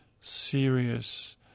serious